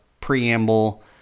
preamble